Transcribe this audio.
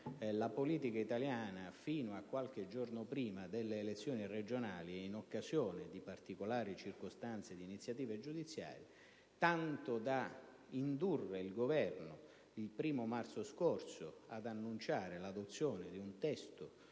la politica italiana fino a qualche giorno prima delle elezioni regionali, in occasione di particolari circostanze e di iniziative giudiziarie, tanto da indurre il Governo, il 1° marzo scorso, ad annunciare l'adozione di un testo